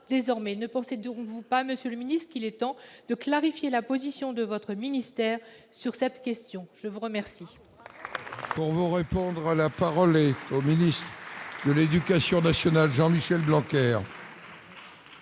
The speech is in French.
Ne pensez-vous pas, monsieur le ministre, qu'il est temps de clarifier la position de votre ministère sur cette question ? La parole